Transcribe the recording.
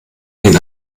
den